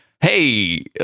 Hey